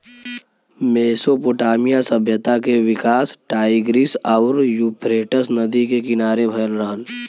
Mesopotamia सभ्यता के विकास टाईग्रीस आउर यूफ्रेटस नदी के किनारे भयल रहल